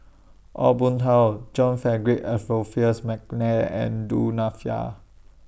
Aw Boon Haw John Frederick Adolphus Mcnair and Du Nanfa